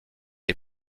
les